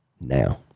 now